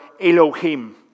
Elohim